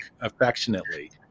affectionately